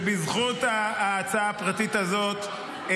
ובזכות ההצעה הפרטית הזאת,